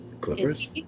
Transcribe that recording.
Clippers